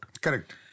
Correct